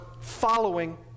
following